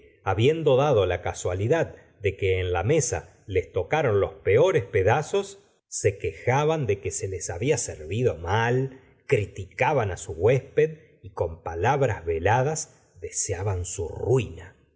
habiendo dado la casualidad de que en la mesa les tocaron los peores pedazos se quejaban de que se les había servido mal criticaban su huésped y con palabras veladas deseaban su ruina la